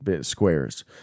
squares